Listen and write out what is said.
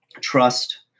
trust